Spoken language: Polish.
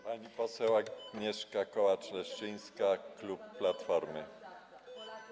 Pani poseł Agnieszka Kołacz-Leszczyńska, klub Platformy.